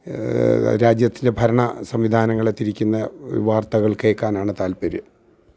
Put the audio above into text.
രാജ്യത്തിൻ്റെ ഭരണ സംവിധാനങ്ങളെ തിരിക്കുന്ന വാർത്തകൾ കേള്ക്കാനാണ് താൽപ്പര്യം